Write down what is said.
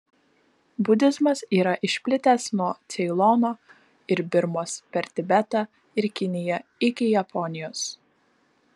budizmas yra išplitęs nuo ceilono ir birmos per tibetą ir kiniją iki japonijos